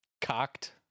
Cocked